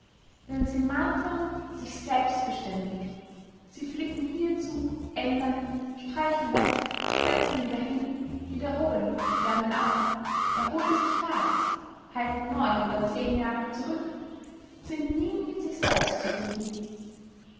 denn sie marteren sich selbst beständig sie flicken hierzu ändern streichen weg setzen wieder hin wiederholen wärmen auf erholen sich raths haltens neun oder zehen jahre zurück sind nie mit sich selbst zufrieden